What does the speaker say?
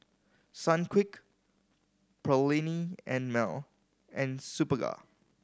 Sunquick Perllini and Mel and Superga